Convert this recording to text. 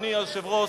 אדוני היושב-ראש,